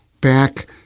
back